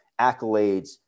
accolades